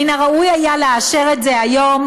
מן הראוי היה לאשר את זה היום.